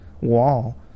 wall